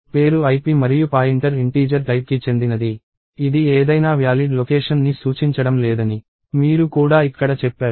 పేరు ip మరియు pointer integer type కి చెందినది ఇది ఏదైనా వ్యాలిడ్ లొకేషన్ ని సూచించడం లేదని మీరు కూడా ఇక్కడ చెప్పారు